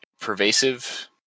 pervasive